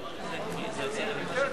אדוני,